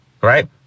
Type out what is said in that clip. right